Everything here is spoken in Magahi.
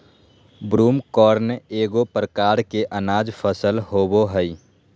ब्रूमकॉर्न एगो प्रकार के अनाज फसल होबो हइ